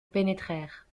pénétrèrent